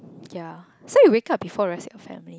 ya so you wake up before your family